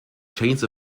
chains